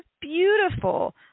beautiful